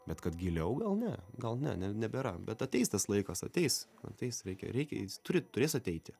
bet kad giliau gal ne gal ne nebėra bet ateis tas laikas ateis ateis reikia reikia jis turi turės ateiti